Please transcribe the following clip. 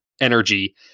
energy